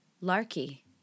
Larky